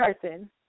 person